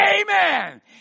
Amen